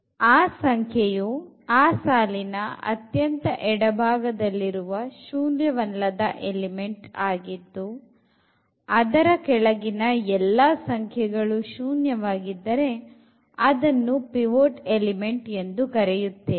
ಆ ಸಂಖ್ಯೆಯು ಆ ಸಾಲಿನ ಅತ್ಯಂತ ಎಡಭಾಗದಲ್ಲಿರುವ ಶೂನ್ಯವಲ್ಲದ ಎಲೆಮನ್ಟ್ ಆಗಿದ್ದು ಅದರ ಕೆಳಗಿನ ಎಲ್ಲ ಸಂಖ್ಯೆಗಳು ಶೂನ್ಯ ವಾಗಿದ್ದರೆ ಅದನ್ನು ಪಿವೊಟ್ ಎಲಿಮೆಂಟ್ ಎಂದು ಕರೆಯುತ್ತೇವೆ